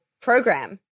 program